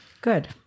Good